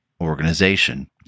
organization